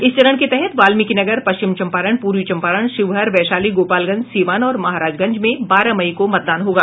इस चरण के तहत वाल्मिकीनगर पश्चिम चम्पारण पूर्वी चम्पारण शिवहर वैशाली गोपालगंज सीवान और महाराजगंज में बारह मई को मतदान होगा